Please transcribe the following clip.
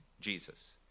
Jesus